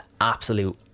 Absolute